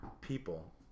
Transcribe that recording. People